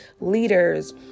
leaders